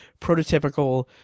prototypical